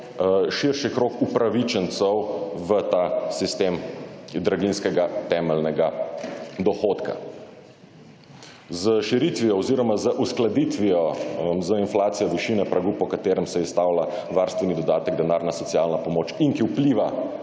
širši krog upravičencev v ta sistem draginjskega temeljnega dohodka. S širitvijo oziroma z uskladitvijo z inflacijo višine pragu, po katerem se izstavlja varstveni dodatek, denarna socialna pomoč in ki vpliva